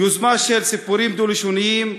יוזמה של סיפורים דו-לשוניים,